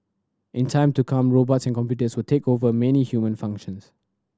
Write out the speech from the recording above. in time to come robots and computers will take over many human functions